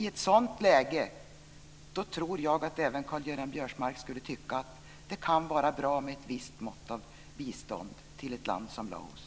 I ett sådant läge tror jag att även Karl-Göran Biörsmark skulle tycka att det kan vara bra med ett visst mått av bistånd till ett land som Laos.